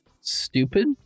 stupid